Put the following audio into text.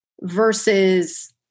versus